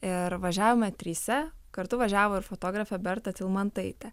ir važiavome trise kartu važiavo ir fotografė berta talmantaitė